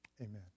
amen